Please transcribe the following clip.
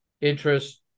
interest